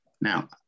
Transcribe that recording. Now